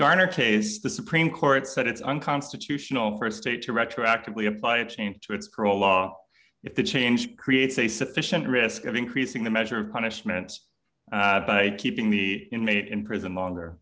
garner case the supreme court said it's unconstitutional for a state to retroactively apply a change to its pro law if the change creates a sufficient risk of increasing the measure of punishments by keeping the inmate in prison longer